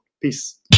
Peace